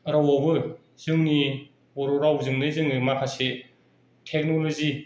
रावआवबो जोंनि बर' रावजोंनो जोङो माखासे टेक्नलजि